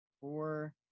four